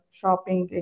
shopping